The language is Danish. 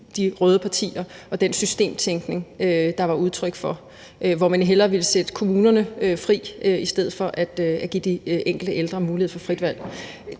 de røde partier og den systemtænkning, det var udtryk for, hvor man hellere ville sætte kommunerne fri i stedet for at give de enkelte ældre mulighed for at få frit valg.